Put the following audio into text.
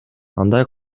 андай